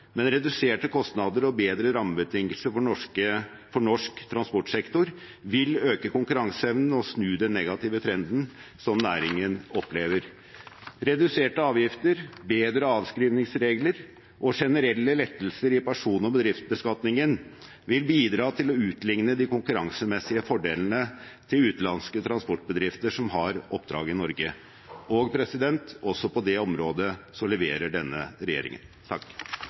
men reduserte kostnader og bedre rammebetingelser for norsk transportsektor vil øke konkurranseevnen og snu den negative trenden som næringen opplever. Reduserte avgifter, bedre avskrivningsregler og generelle lettelser i person- og bedriftsbeskatningen vil bidra til å utligne de konkurransemessige fordelene til utenlandske transportbedrifter som har oppdrag i Norge. Også på det området leverer denne regjeringen.